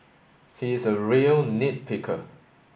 he is a real nit picker